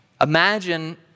imagine